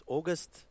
August